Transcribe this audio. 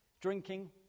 drinking